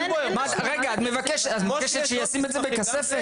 את מבקשת שישימו אותם בכספת?